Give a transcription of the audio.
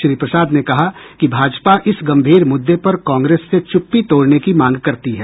श्री प्रसाद ने कहा कि भाजपा इस गंभीर मुद्दे पर कांग्रेस से चुप्पी तोड़ने की मांग करती है